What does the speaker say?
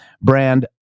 brand